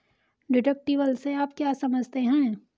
Deductible से आप क्या समझते हैं?